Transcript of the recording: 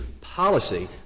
policy